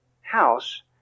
house